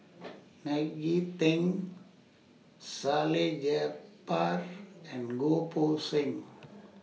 Maggie Teng Salleh Japar and Goh Poh Seng